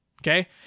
Okay